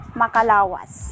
makalawas